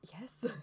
Yes